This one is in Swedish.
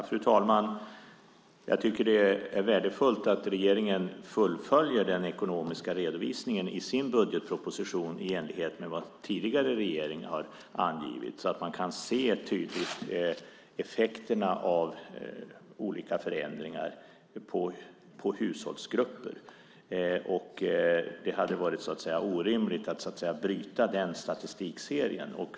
Fru talman! Jag tycker att det är värdefullt att regeringen fullföljer den ekonomiska redovisningen i sin budgetproposition i enlighet med vad tidigare regeringar har angivit så att man tydligt kan se effekterna av olika förändringar på hushållsgrupper. Det hade varit orimligt att bryta den statistikserien.